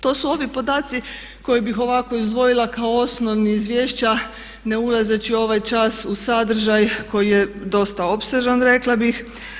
To su ovi podaci koje bih ovako izdvojila kao osnovni izvješća ne ulazeći ovaj čas u sadržaj koji je dosta opsežan rekla bih.